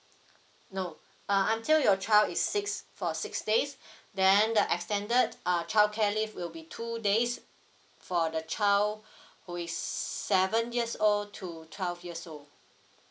nope uh until your child is six for six days then the extended uh childcare leave will be two days for the child who is seven years old to twelve years old